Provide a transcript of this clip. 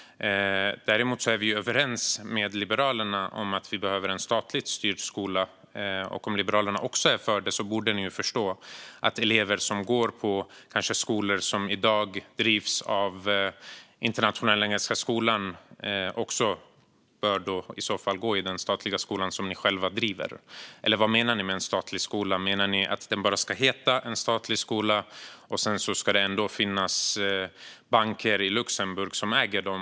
Däremot är vi överens med Liberalerna om att vi behöver en statligt styrd skola. Om Liberalerna också är för det borde ni förstå att elever som går på skolor som i dag drivs av Internationella Engelska Skolan också bör gå i den statliga skola som ni själva driver. Eller vad menar ni med en statlig skola - menar ni att det bara ska heta statlig skola och att det ändå ska finnas banker i Luxemburg som äger skolorna?